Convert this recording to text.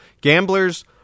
Gamblers